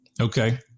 Okay